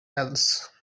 else